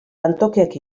lantokiak